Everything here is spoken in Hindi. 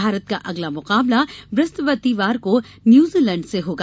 भारत का अगला मुकाबला बृहस्पतिवार को न्यूजीलैंड से होगा